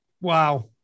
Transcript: Wow